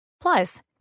Plus